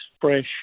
fresh